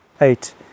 eight